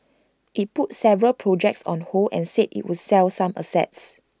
IT put several projects on hold and said IT would sell some assets